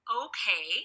okay